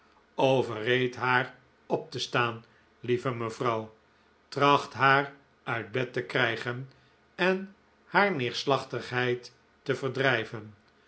overreed haar op te staan lieve mevrouw tracht haar uit bed te krijgen en haar neerslachtigheid te verdrijven